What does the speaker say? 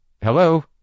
hello